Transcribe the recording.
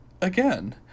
again